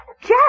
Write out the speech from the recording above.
Jeff